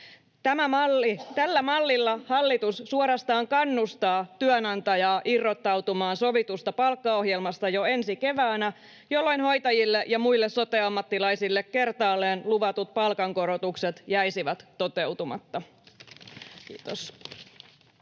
Tällä mallilla hallitus suorastaan kannustaa työnantajaa irrottautumaan sovitusta palkkaohjelmasta jo ensi keväänä, jolloin hoitajille ja muille sote-ammattilaisille kertaalleen luvatut palkankorotukset jäisivät toteutumatta. — Kiitos.